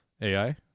AI